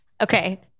Okay